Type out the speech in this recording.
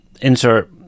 Insert